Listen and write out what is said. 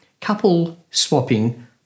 couple-swapping